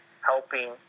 helping